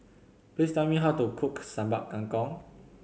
please tell me how to cook Sambal Kangkong